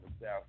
South